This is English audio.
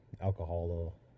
alcohol